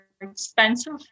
expensive